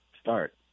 start